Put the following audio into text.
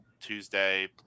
Tuesday